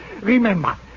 Remember